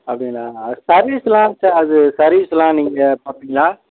அப்படிங்களா சர்வீஸ் எல்லாம் சார் அது சர்வீஸ் எல்லாம் நீங்கள் பார்ப்பீங்களா